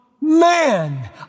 man